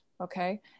okay